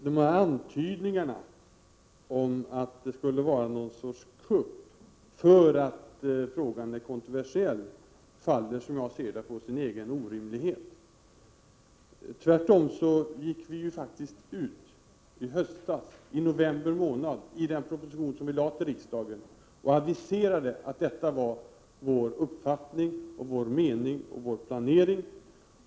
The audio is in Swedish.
De här antydningarna om att det skulle vara fråga om någon sorts kupp, därför att frågan är kontroversiell faller, som jag ser det, på sin egen orimlighet. Tvärtom gick vi faktiskt ut i november månad i höstas och aviserade i den proposition som vi då lade fram till riksdagen vad som var vår uppfattning i denna fråga och vår planering.